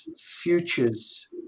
futures